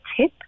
tip